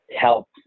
help